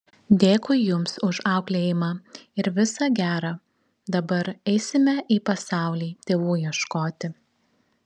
dėkui jums už auklėjimą ir visa gera dabar eisime į pasaulį tėvų ieškoti